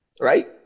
Right